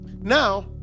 Now